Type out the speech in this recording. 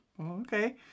Okay